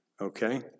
Okay